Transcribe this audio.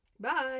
bye